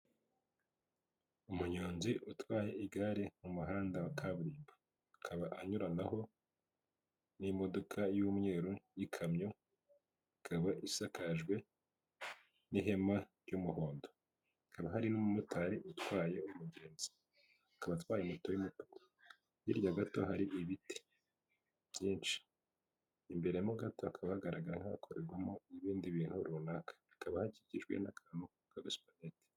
Umunyonzi utwaye igare mu muhanda wa kaburimbo akaba anyuranaho n'imodoka y'umweru y'ikamyo ,ikaba isakajwe n'ihema ry'umuhondo. Hakaba hari n'umumotari utwaye umugenzi akaba atwaye moto y'umutuku hirya gato hari ibiti byinshi, imbere mo gato hakaba hagaragara nk'ahakorerwamo n'ibindi bintu runaka hakaba hakikijwe n'akantu k'agasupaneti.